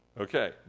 Okay